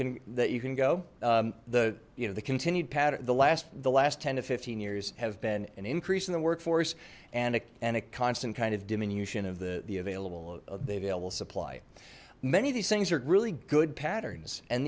can that you can go the you know the continued patter the last the last ten to fifteen years have been an increase in the workforce and a constant kind of diminution of the the available available supply many of these things are really good patterns and